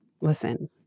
listen